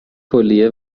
کلیه